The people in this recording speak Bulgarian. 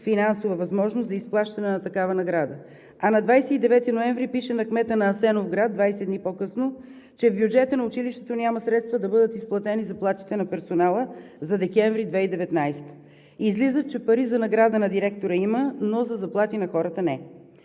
финансова възможност за изплащане на такава награда, а на 29 ноември пише на кмета на Асеновград – 20 дни по-късно, че в бюджета на училището няма средства да бъдат изплатени заплатите на персонала за декември 2019 г. Излиза, че пари за награда на директора има, но за заплати на хората – не.